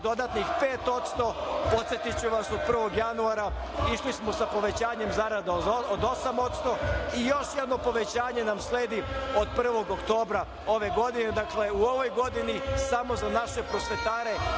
dodatnih 5%. Podsetiću vas od 1. januara išli smo sa povećanjem zarada od 8%. Još jedno povećanje nam sledi od 1. oktobra ove godine. Dakle, u ovoj godini samo za naše prosvetare